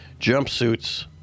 jumpsuits